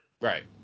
Right